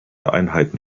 einheiten